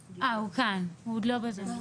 יובל.